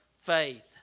faith